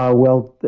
ah well,